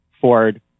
Ford